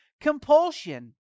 compulsion